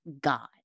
God